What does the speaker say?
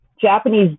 Japanese